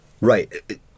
Right